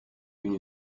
une